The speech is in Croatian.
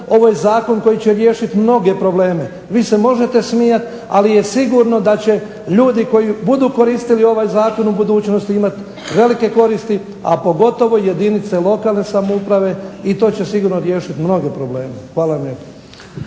ovo je zakon koji će riješit mnoge probleme. Vi se možete smijat, ali je sigurno da će ljudi koji budu koristili ovaj zakon u budućnosti imati velike koristi, a pogotovo jedinice lokalne samouprave i to će sigurno riješit mnoge probleme. Hvala vam lijepo.